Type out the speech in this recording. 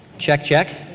check, check.